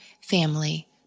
family